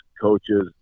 coaches